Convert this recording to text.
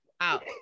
out